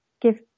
give